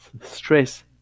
stress